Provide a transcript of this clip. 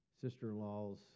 sister-in-laws